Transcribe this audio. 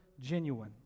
genuine